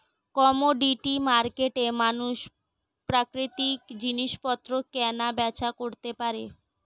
commodity মার্কেটে মানুষ প্রাকৃতিক জিনিসপত্র কেনা বেচা করতে পারে